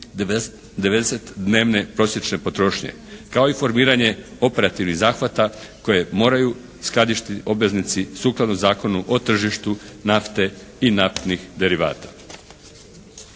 90 dnevne prosječne potrošnje, kao i formiranje operativnih zahvata koje moraju skladištiti obveznici sukladno Zakonu o tržištu nafte i naftnih derivata.